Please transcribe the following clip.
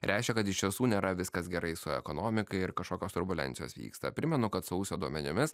reiškia kad iš tiesų nėra viskas gerai su ekonomika ir kažkokios turbulencijos vyksta primenu kad sausio duomenimis